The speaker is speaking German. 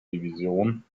division